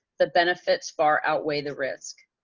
the benefits far outweigh the risk.